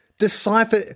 Decipher